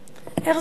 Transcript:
איך זה יכול להיות?